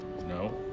no